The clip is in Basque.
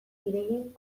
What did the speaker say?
ideien